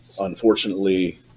Unfortunately